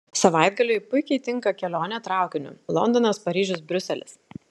savaitgaliui puikiai tinka kelionė traukiniu londonas paryžius briuselis